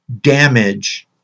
damage